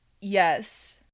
Yes